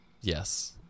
Yes